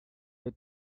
the